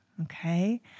okay